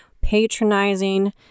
patronizing